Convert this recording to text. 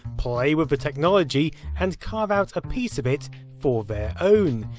play with the technology and carve out a piece of it for their own.